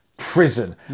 prison